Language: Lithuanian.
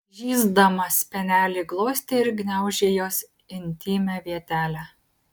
žįsdamas spenelį glostė ir gniaužė jos intymią vietelę